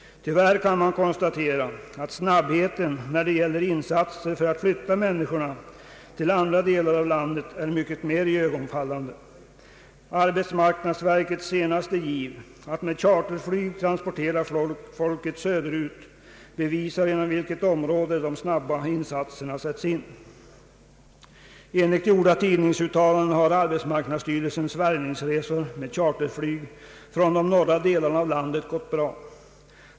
Tyvärr kan man konstatera att snabbheten, när det gäller insatser för att flytta människorna till andra delar av landet, är mycket mer iögonfallande. Arbetsmarknadsverkets senaste giv att med charterflyg transportera folket söderut bevisar inom vilket område de snabba insatserna sätts in. Enligt gjorda tidningsuttalanden har arbetsmarknadsstyrelsens =värvningsresor med charterflyg från de norra delarna av landet gått bra.